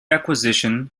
acquisition